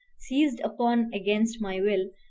seized upon against my will,